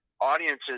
audiences